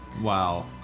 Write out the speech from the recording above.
Wow